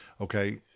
Okay